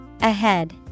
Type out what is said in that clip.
ahead